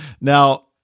Now